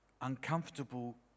uncomfortable